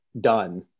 done